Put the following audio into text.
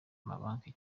n’amabanki